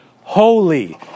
holy